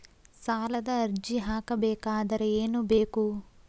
ಸಾಲದ ಅರ್ಜಿ ಹಾಕಬೇಕಾದರೆ ಏನು ಬೇಕು?